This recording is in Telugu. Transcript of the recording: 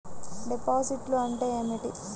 డిపాజిట్లు అంటే ఏమిటి?